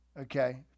okay